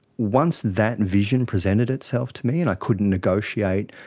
once that vision presented itself to me and i couldn't negotiate,